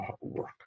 work